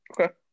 Okay